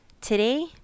Today